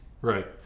Right